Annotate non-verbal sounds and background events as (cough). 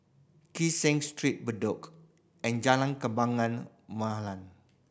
Kee Seng Street Bedok and Jalan Kembang (unintelligible)